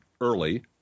early